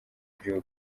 gihugu